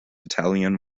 italian